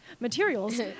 Materials